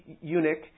eunuch